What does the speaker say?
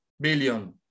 billion